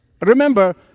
Remember